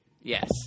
Yes